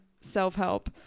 self-help